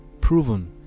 proven